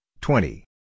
twenty